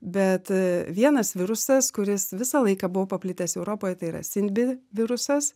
bet vienas virusas kuris visą laiką buvo paplitęs europoje tai yra sindbi virusas